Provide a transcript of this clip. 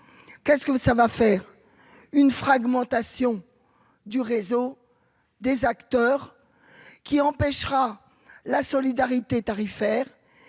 ». Pour quel résultat ? Une fragmentation du réseau des acteurs, qui empêchera la solidarité tarifaire